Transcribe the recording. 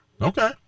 Okay